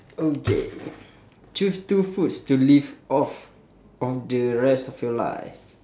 okay choose two foods to live off of the rest of your life